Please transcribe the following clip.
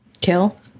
kill